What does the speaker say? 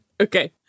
Okay